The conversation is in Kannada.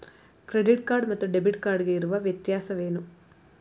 ಕ್ರೆಡಿಟ್ ಕಾರ್ಡ್ ಮತ್ತು ಡೆಬಿಟ್ ಕಾರ್ಡ್ ಗೆ ಇರುವ ವ್ಯತ್ಯಾಸವೇನು?